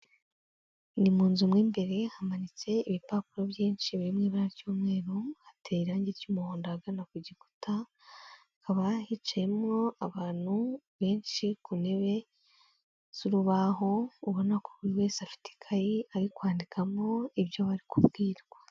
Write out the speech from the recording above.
Ni mu nzu mo imbere, hamanitse ibipapuro byinshi biri mu ibara ry'umweru, hateye irangi ry'umuhondo ahagana ku gikuta, hakaba hicayemwo abantu benshi ku ntebe z'urubaho ubona ko buri wese afite ikayi ari kwandikamo ibyo bari kubwirwa.